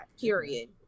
Period